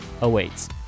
awaits